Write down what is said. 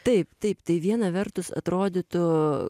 taip taip tai viena vertus atrodytų